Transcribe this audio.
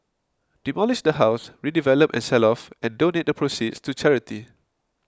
demolish the house redevelop and sell off and donate the proceeds to charity